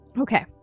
okay